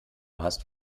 hast